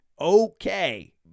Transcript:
okay